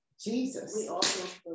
Jesus